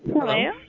Hello